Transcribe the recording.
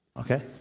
Okay